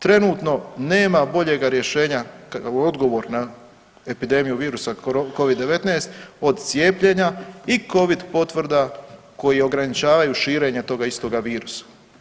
Trenutno nema boljega rješenja, odgovor na epidemiju virusa Covid-19 od cijepljenja i Covid potvrda koje ograničavaju širenje toga istoga virusa.